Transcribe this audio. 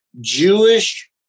Jewish